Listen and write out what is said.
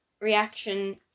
reaction